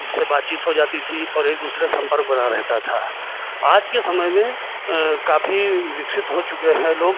जिससे बातचीत हो जाती थी और एक दूसरे संपर्क बना रहता था आज के समय में काफ़ी विकसित हो चुके हैं लोग